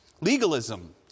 Legalism